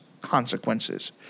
consequences